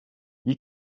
you